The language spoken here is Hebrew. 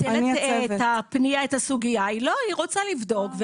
היא רוצה לבדוק.